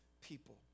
people